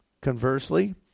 Conversely